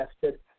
tested